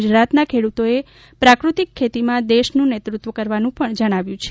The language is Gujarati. ગુજરાતના ખેડૂતોએ પ્રાકૃતિક ખેતીમાં દેશનું નેતૃત્વ કરવાનું પણ જણાવ્યું છે